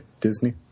Disney